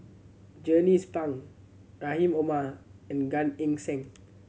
Jernnine Pang Rahim Omar and Gan Eng Seng